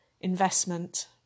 investment